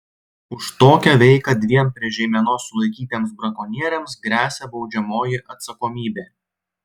už tokią veiką dviem prie žeimenos sulaikytiems brakonieriams gresia baudžiamoji atsakomybė